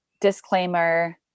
disclaimer